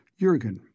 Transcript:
Jurgen